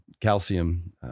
calcium